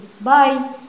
Bye